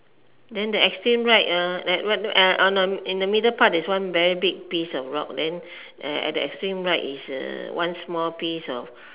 then the extreme right uh in the middle part there's one very big piece of rock then uh at the extreme right is uh one small piece of